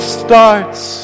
starts